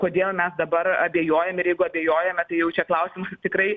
kodėl mes dabar abejojam ir jeigu abejojame tai jau čia klausimas tikrai